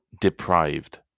deprived